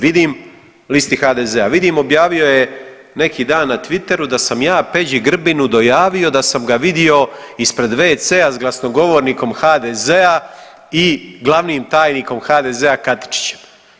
Vidim, listi HDZ-a, vidim objavio je neki dan na Twitteru da sam ja Peđi Grbinu dojavio da sam ga vidio ispred wc-a s glasnogovonikom HDZ-a i glavnim tajnikom HDZ-a Katičićem.